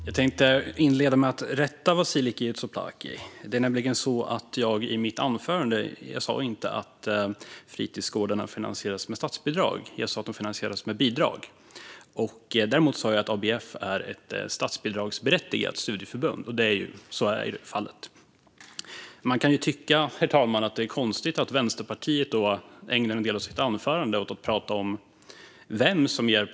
Herr talman! Jag tänkte börja med att rätta Vasiliki Tsouplaki. Jag sa inte i mitt anförande att fritidsgårdarna finansierades med statsbidrag. Jag sa att de finansierades med bidrag. Däremot sa jag att ABF är ett statsbidragsberättigat studieförbund. Så är ju fallet. Herr talman! Man kan tycka att det är konstigt att Vänsterpartiets ledamot ägnar en del av sitt anförande åt att tala om vem som ger pengar.